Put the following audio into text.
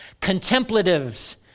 contemplatives